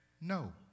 no